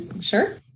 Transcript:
sure